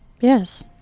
yes